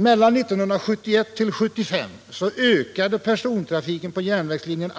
Mellan 1971 och 1975 ökade persontrafiken på järnvägslinjen